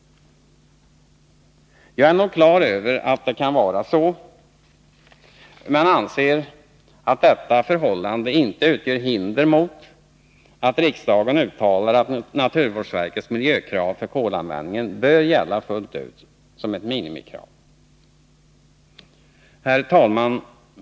Jag är nog klar över att det kan vara så men anser att detta förhållande inte utgör något hinder mot att riksdagen uttalar att naturvårdsverkets miljökrav för kolanvändningen bör gälla fullt ut som ett minimikrav. Herr talman!